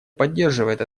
поддерживает